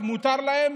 אז מותר להם,